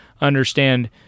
understand